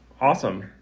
Awesome